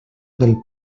del